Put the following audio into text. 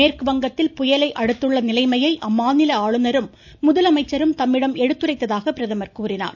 மேற்கு வங்கத்தில் புயலை அடுத்துள்ள நிலைமையை அம்மாநில ஆளுநரும் முதலமைச்சரும் தம்மிடம் எடுத்துரைத்ததாக பிரதமர் கூறினார்